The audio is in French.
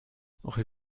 rue